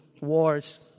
wars